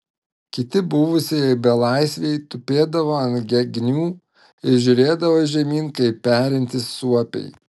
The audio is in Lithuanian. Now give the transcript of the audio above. kiti buvusieji belaisviai tupėdavo ant gegnių ir žiūrėdavo žemyn kaip perintys suopiai